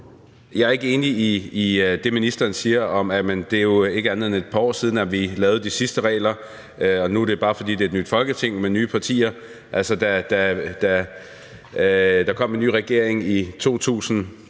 Jeg ikke enig i det, ministeren siger om, at det er jo kun er et par år siden, vi lavede de sidste regler, og at det nu bare sker, fordi der er en anden sammensætning af Folketinget med nye partier. Der kom en ny regering i 2015,